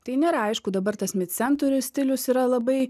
tai nėra aišku dabar tas mid century stilius yra labai